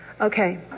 Okay